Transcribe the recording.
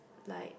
like